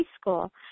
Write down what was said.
school